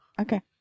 Okay